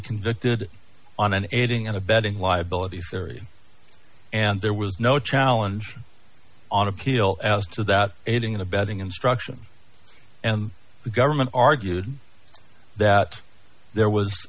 convicted on an ending and abetting liabilities and there was no challenge on appeal as to that aiding and abetting instruction and the government argued that there was